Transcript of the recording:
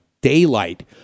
daylight